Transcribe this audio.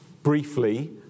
Briefly